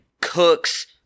Cooks